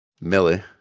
millie